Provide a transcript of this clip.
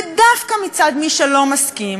ודווקא מצד מי שלא מסכים,